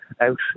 Out